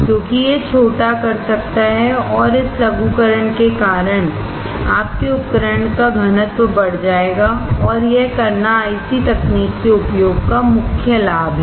क्योंकि यह छोटा कर सकता है और इस लघुकरण के कारण आपके उपकरण का घनत्व बढ़ जाएगा और यह करना आईसी तकनीक के उपयोग का मुख्य लाभ है